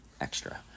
extra